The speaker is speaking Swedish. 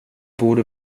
borde